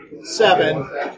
Seven